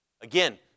Again